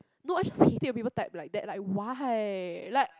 no I just hate it when people type like that like why like